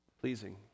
pleasing